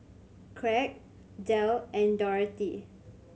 Kraig Del and Dorathy